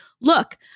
look